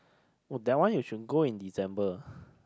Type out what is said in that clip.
oh that one you should go in December